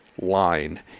line